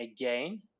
again